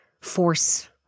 force